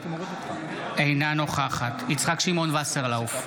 אינה נוכחת יצחק שמעון וסרלאוף,